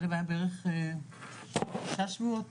שלו היה בערך שלושה שבועות